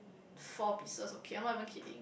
four pieces of cake I'm not even kidding